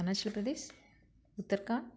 Arunachal Pradesh Uttarakhand